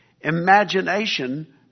Imagination